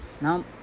Now